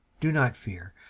do not fear.